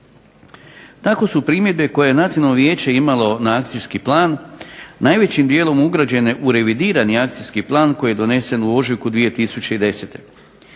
Tako su primjedbe koje je Nacionalno vijeće imalo na akcijski plan najvećim dijelom ugrađene u revidirani akcijski plan koji je donesen u ožujku 2010.